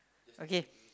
okay